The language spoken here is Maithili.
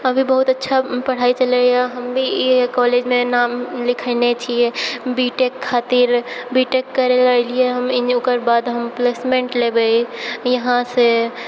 अभी बहुत अच्छा पढ़ाई चलैए हम भी इहै कॉलेजमे नाम लिखेने छियै बी टेक खातिर बी टेक करै लए अयलियै हमे ओकर बाद हम प्लेसमेंट लेबै यहाँसँ